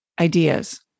ideas